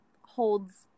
holds